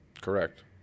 Correct